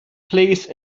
please